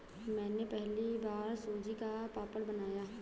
मैंने पहली बार सूजी का पापड़ बनाया